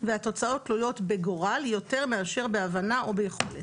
והתוצאות תלויות בגורל יותר מאשר בהבנה או ביכולת.